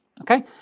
Okay